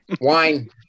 Wine